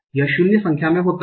यह शून्य संख्या में होता है